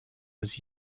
was